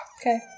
Okay